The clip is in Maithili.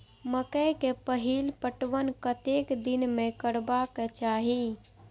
मकेय के पहिल पटवन कतेक दिन में करबाक चाही?